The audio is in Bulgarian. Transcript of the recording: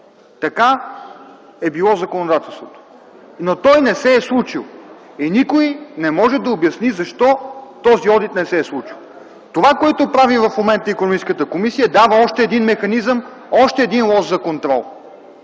Така е било законодателството. Той не се е случил и никой не може да обясни защо този одит не се е случил. Това, което правим в момента – Икономическата комисия дава още един механизъм, още един лост за контрол.